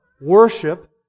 worship